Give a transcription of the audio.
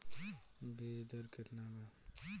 बीज दर केतना बा?